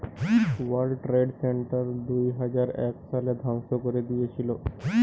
world Trade Center দুইহাজার এক সালে ধ্বংস করে দিয়েছিলো